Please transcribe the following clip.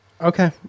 Okay